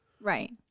right